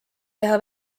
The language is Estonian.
teha